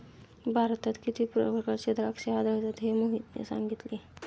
भारतात किती प्रकारची द्राक्षे आढळतात हे मोहितने सांगितले